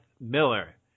Miller